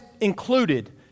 included